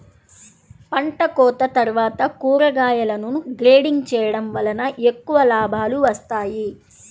పంటకోత తర్వాత కూరగాయలను గ్రేడింగ్ చేయడం వలన ఎక్కువ లాభాలు వస్తాయి